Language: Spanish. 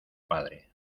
padre